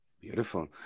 Beautiful